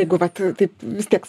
jeigu vat taip vis tiek